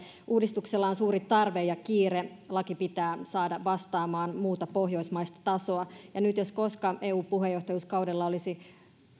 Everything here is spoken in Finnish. uudistuksella on suuri tarve ja kiire laki pitää saada vastaamaan muuta pohjoismaista tasoa ja nyt jos koskaan eu puheenjohtajuuskaudella olisi